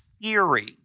theory